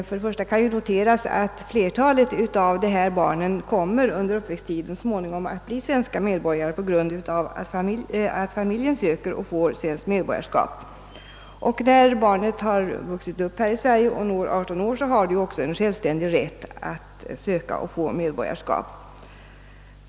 Först och främst kan noteras att flertalet av dessa utländska barn under sin uppväxttid så småningom kommer att bli svenska medborgare på grund av att familjen söker och får svenskt medborgarskap. När barnet har vuxit upp här 1 Sverige och nått 18 år, har det ju också en självständig rätt att söka och få medborgarskap.